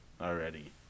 already